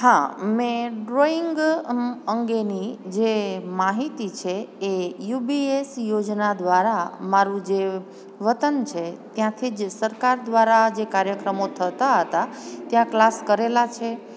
હા મેં ડ્રોઈંગ અંગેની જે માહિતી છે એ યુબીએસ યોજના દ્વારા મારું જે વતન છે ત્યાંથી જે સરકાર દ્વારા જે કાર્યક્રમો થતાં હતા ત્યાં ક્લાસ કરેલા છે